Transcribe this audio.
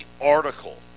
article